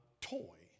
toy